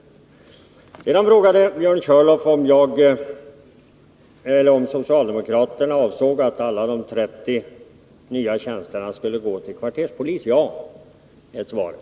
Sedan frågade Björn Körlof om socialdemokraterna ansåg att alla de 30 yrkade polismanstjänsterna skulle gå till kvarterspolisen. Ja, är svaret.